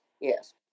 Yes